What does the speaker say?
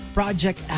Project